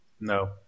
No